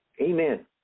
Amen